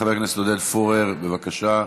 חבר הכנסת עודד פורר, בבקשה.